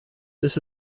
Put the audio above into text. this